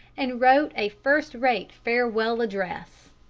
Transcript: and wrote a first-rate farewell address.